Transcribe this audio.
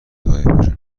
طایفشون